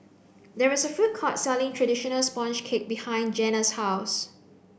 there is a food court selling traditional sponge cake behind Janna's house